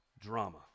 drama